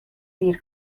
دیر